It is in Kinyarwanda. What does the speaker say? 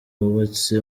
wubatse